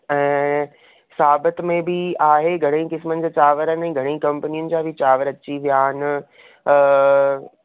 साबितु में बि आहे घणेई क़िस्मनि जा चांवर आहिनि घणेई कम्पनियुनि जा बि चांवर अची विया आहिनि